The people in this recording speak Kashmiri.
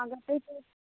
اَگر تۅہہِ